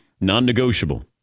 Non-negotiable